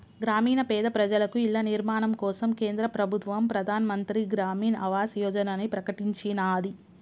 గ్రామీణ పేద ప్రజలకు ఇళ్ల నిర్మాణం కోసం కేంద్ర ప్రభుత్వం ప్రధాన్ మంత్రి గ్రామీన్ ఆవాస్ యోజనని ప్రకటించినాది